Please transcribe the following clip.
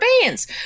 bands